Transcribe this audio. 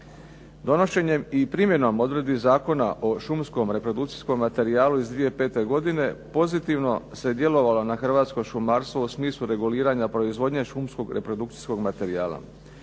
Donošenjem i primjenom odredbi Zakona o šumskom reprodukcijskom materijalu iz 2005. godine pozitivno se djelovalo na hrvatsko šumarstvo u smislu reguliranja proizvodnje šumskog reprodukcijskog materijala.